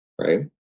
Right